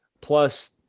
plus